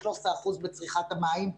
13% בצריכת המים.